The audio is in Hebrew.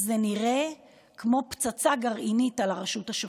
זה נראה כמו פצצה גרעינית על הרשות השופטת.